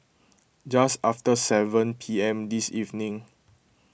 just after seven P M this evening